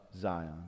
Zion